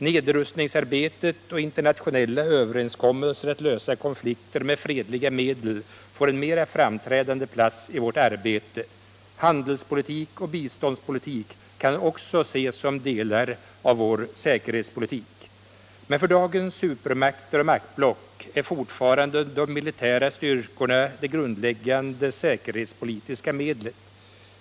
Nedrustningsarbetet och internationella överenskommelser om att lösa konflikter med fredliga medel får en mer framträdande plats i vårt arbete. Handelspolitik och biståndspolitik kan också ses som delar av vår säkerhetspolitik. Men för dagens supermakter och maktblock är fortfarande de militära styrkorna det grundläggande säkerhetspolitiska medlet.